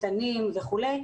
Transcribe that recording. קטנים וכולי.